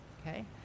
Okay